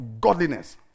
godliness